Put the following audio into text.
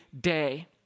day